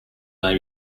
may